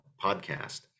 podcast